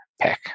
pick